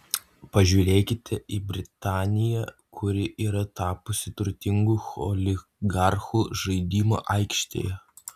pažiūrėkite į britaniją kuri yra tapusi turtingų oligarchų žaidimo aikštele